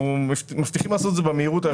אנחנו מבטיחים לעשות את זה במהירות האפשרית.